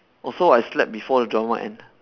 oh so I slept before the drama end